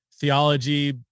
theology